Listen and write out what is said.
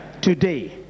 today